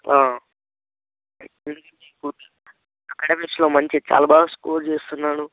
అక్యాడమిక్స్లో మంచి చాలా బాగా స్కోర్ చేస్తున్నాడు